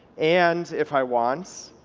and if i want,